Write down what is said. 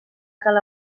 cal